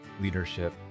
leadership